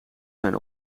zijn